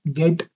get